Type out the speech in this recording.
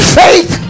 faith